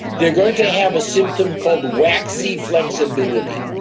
they're going to have a symptom called waxy flexibility.